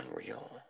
unreal